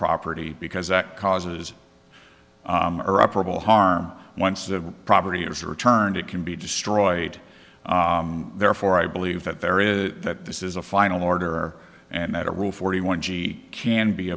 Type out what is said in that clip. property because that causes or operable harm once the property is returned it can be destroyed therefore i believe that there is that this is a final order and that a rule forty one g can